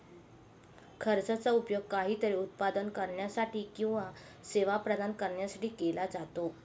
खर्चाचा उपयोग काहीतरी उत्पादन करण्यासाठी किंवा सेवा प्रदान करण्यासाठी केला जातो